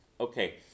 Okay